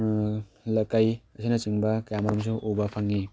ꯀꯩ ꯑꯁꯤꯅꯆꯤꯡꯕ ꯀꯌꯥ ꯃꯔꯨꯝꯁꯨ ꯎꯕ ꯐꯪꯏ